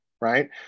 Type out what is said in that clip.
right